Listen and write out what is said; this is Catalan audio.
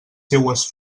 seues